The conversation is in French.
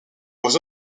aux